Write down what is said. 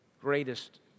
greatest